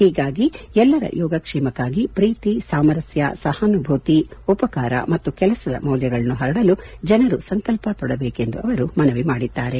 ಹೀಗಾಗಿ ಎಲ್ಲರ ಯೋಗಕ್ಷೇಮಕ್ಕಾಗಿ ಪ್ರೀತಿ ಸಾಮರಸ್ಕ ಸಹಾನಭೂತಿ ಉಪಕಾರ ಮತ್ತು ಕೆಲಸದ ಮೌಲ್ಯಗಳನ್ನು ಹರಡಲು ಜನರು ಸಂಕಲ್ಪ ತೋಡಬೇಕು ಎಂದು ಮನವಿ ಮಾಡಿದ್ದಾರೆ